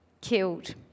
killed